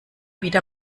wieder